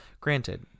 Granted